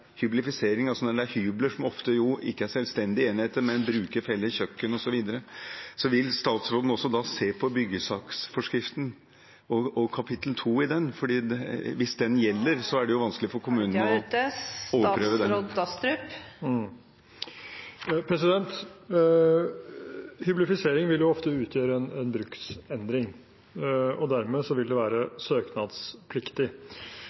selvstendige enheter, men hvor man bruker felles kjøkken, osv. Vil statsråden også se på byggesaksforskriften og kapittel 2 i den, for hvis den gjelder, er det vanskelig for kommunen å overprøve den. Hyblifisering vil ofte utgjøre en bruksendring, og dermed vil det